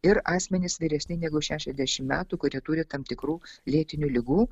ir asmenys vyresni negu šešiasdešimt metų kurie turi tam tikrų lėtinių ligų